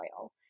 oil